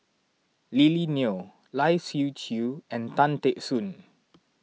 Lily Neo Lai Siu Chiu and Tan Teck Soon